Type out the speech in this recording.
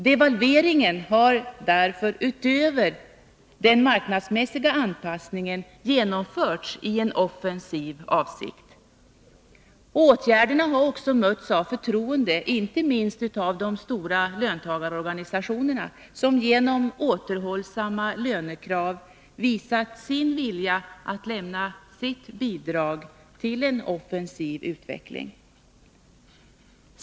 Devalveringen har därför, förutom vad gäller den marknadsmässiga anpassningen, genomförts i en offensiv avsikt. Åtgärderna har också mötts av förtroende inte minst av de stora löntagarorganisationerna, som genom återhållsamma lönekrav visat sin vilja att lämna sitt bidrag till en offensiv utveckling.